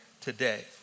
today